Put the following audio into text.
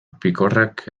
pikorrak